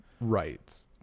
Right